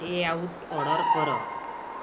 ଟେ out order କର